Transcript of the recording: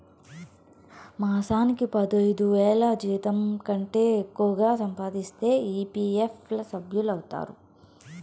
మాసానికి పదైదువేల జీతంకంటే ఎక్కువగా సంపాదిస్తే ఈ.పీ.ఎఫ్ ల సభ్యులౌతారు